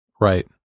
right